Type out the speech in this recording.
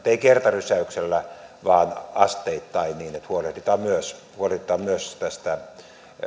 ei kertarysäyksellä vaan asteittain niin että huolehditaan myös huolehditaan myös